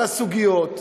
על הסוגיות.